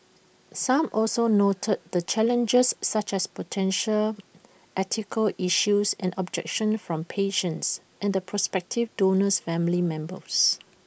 some also noted the challenges such as potential ethical issues and objections from patients and the prospective donor's family members